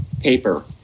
paper